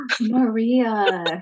Maria